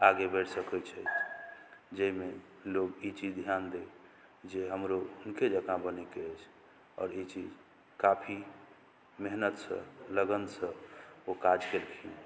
आगे बढ़ि सकैत छथि जाहिमे लोग ई चीज ध्यान दै जे हमरो हुनके जकाँ बनैके अछि आओर ई चीज काफी मेहनतसँ लगनसँ ओ काज केलखिन